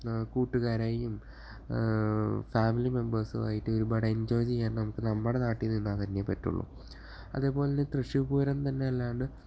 കൂട്ടുകാരെയും ഫാമിലി മെമ്പേഴ്സും ആയിട്ട് ഒരുപാട് എൻജോയ് ചെയ്യാൻ നമുക്ക് നമ്മുടെ നാട്ടിൽ നിന്നാൽ തന്നെ പറ്റുകയുള്ളൂ അതേപോലെ തന്നെ തൃശ്ശൂർ പൂരം തന്നെയല്ലാണ്ട്